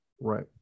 Right